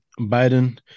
Biden